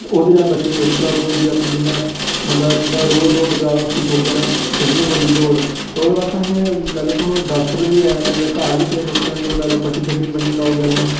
ते ओह्दे कन्नै बच्चे दी बड़ी प्रॉब्लम होंदी ऐ अपने जि'यां बंदा रोज़ दौड़न जाह्ग उसी थोह्ड़े दिन छड्डनी पौंदी दौड़ ते ओह्दे बास्तै असें लाई लैओ तुस डॉक्टर बी हैन ते घर गै केईं नुक्से लाई लैओ पट्टी शट्टी ब'न्नी लैओ गरम